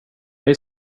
hej